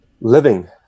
living